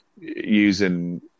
using